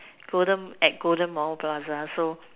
golden at golden Mall Plaza so